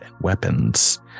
weapons